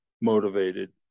motivated